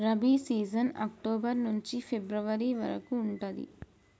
rabi season October నుంచి February వరకు ఉంటది